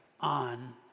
on